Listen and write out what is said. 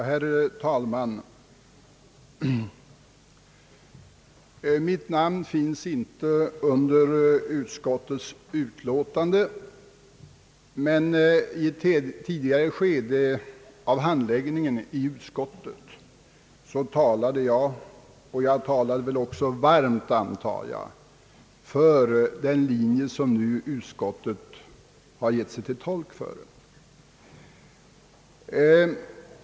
Herr talman! Mitt namn finns inte under utskottets utlåtande, men i ett tidigare skede av handläggningen i utskottet talade jag varmt för den linje som utskottet nu gjort sig till tolk för.